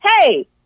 hey